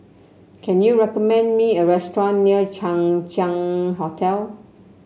can you recommend me a restaurant near Chang Ziang Hotel